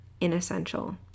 inessential